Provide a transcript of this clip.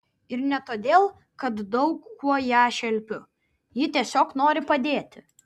ir ne todėl kad daug kuo ją šelpiu ji tiesiog nori padėti